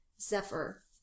Zephyr